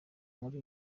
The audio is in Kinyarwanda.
muri